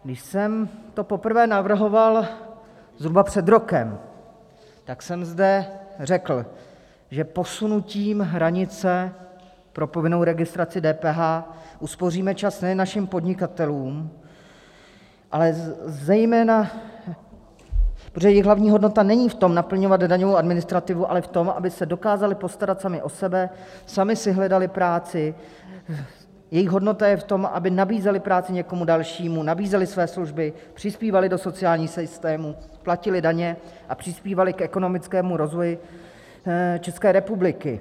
Když jsem to poprvé navrhoval zhruba před rokem, tak jsem zde řekl, že posunutím hranice pro povinnou registraci k DPH uspoříme čas nejen našim podnikatelům, protože jejich hlavní hodnota není v tom naplňovat daňovou administrativu, ale v tom, aby se dokázali postarat sami o sebe, sami si hledali práci, jejich hodnota je v tom, aby nabízeli práci někomu dalšímu, nabízeli své služby, přispívali do sociálního systému, platili daně a přispívali k ekonomickému rozvoji České republiky.